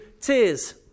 tears